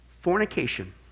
Fornication